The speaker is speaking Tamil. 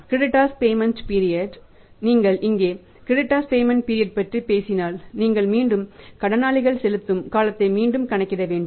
கிரெடிட்டார்ஸ் பேமெண்ட் பீரியட் ப் பற்றி பேசினால் நீங்கள் மீண்டும் கடனாளிகள் செலுத்தும் காலத்தை மீண்டும் கணக்கிடவேண்டும்